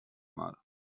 mal